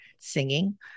singing